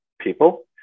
people